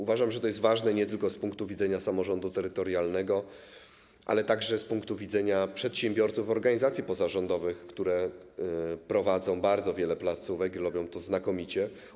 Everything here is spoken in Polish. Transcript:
Uważam, że to jest ważne nie tylko z punktu widzenia samorządu terytorialnego, ale także z punktu widzenia przedsiębiorców, organizacji pozarządowych, które prowadzą bardzo wiele placówek i robią to znakomicie.